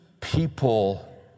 people